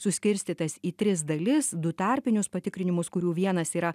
suskirstytas į tris dalis du tarpinius patikrinimus kurių vienas yra